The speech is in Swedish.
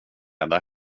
rädda